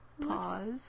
Pause